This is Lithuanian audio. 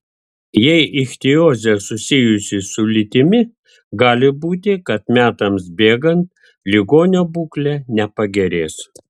jei ichtiozė susijusi su lytimi gali būti kad metams bėgant ligonio būklė nepagerės